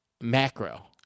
macro